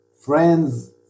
friends